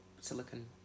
silicon